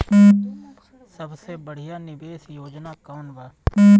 सबसे बढ़िया निवेश योजना कौन बा?